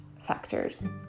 factors